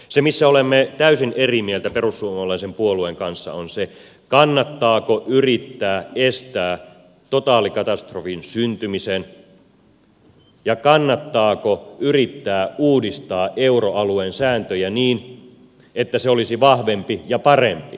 se missä olemme täysin eri mieltä perussuomalaisen puolueen kanssa on se kannattaako yrittää estää totaalikatastrofin syntyminen ja kannattaako yrittää uudistaa euroalueen sääntöjä niin että se olisi vahvempi ja parempi